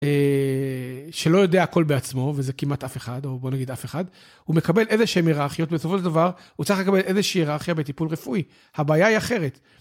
שלא יודע הכל בעצמו וזה כמעט אף אחד או בוא נגיד אף אחד הוא מקבל איזה שהם היררכיות בסופו של דבר הוא צריך לקבל איזה שהיא היררכיה בטיפול רפואי הבעיה היא אחרת